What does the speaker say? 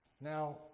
Now